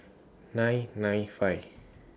nine nine five